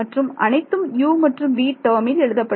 மற்றும் அனைத்தும் u மற்றும் v டேர்மில் எழுதப்படும்